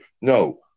No